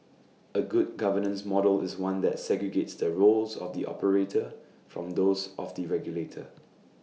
A good governance model is one that segregates the roles of the operator from those of the regulator